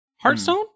Hearthstone